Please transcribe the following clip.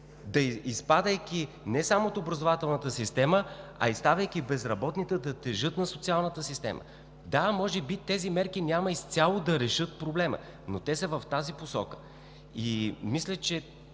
изпадайки не само от образователната система, а и ставайки безработни, да тежат на социалната система. Да, може би тези мерки няма изцяло да решат проблема, но те са в тази посока. Мисля, че